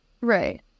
right